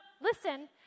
listen